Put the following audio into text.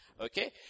Okay